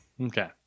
Okay